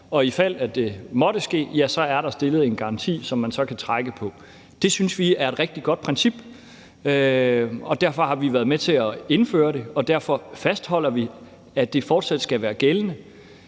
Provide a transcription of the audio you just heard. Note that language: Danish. og i fald det måtte ske, er der stillet en garanti, som man så kan trække på. Det synes vi er et rigtig godt princip, og derfor har vi været med til at indføre det, og derfor fastholder vi, at det fortsat skal være gældende.